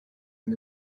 and